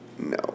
No